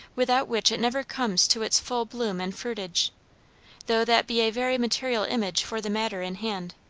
without which it never comes to its full bloom and fruitage though that be a very material image for the matter in hand.